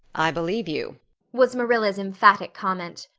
i believe you was marilla's emphatic comment.